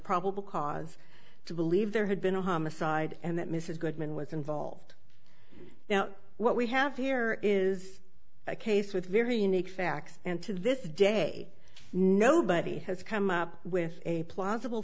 probable cause to believe there had been a homicide and that mrs goodman was involved now what we have here is a case with very unique facts and to this day nobody has come up with a plausible